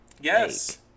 yes